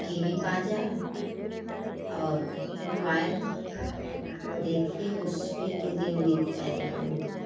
T V के पास जा और मोबाइल देखिए उस पर तो दिन बीत जाएगा उनका